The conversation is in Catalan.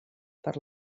per